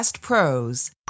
Pros